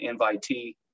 invitee